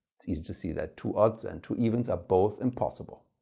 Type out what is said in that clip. it's easy to see that two odds and two evens are both impossible.